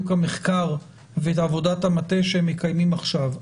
המחקר ועבודת המטה שהם מקיימים עכשיו.